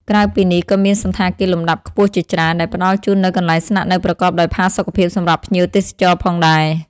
ក្រៅពីនេះ ក៏មានសណ្ឋាគារលំដាប់ខ្ពស់ជាច្រើន ដែលផ្តល់ជូននូវកន្លែងស្នាក់នៅប្រកបដោយផាសុកភាពសម្រាប់ភ្ញៀវទេសចរផងដែរ។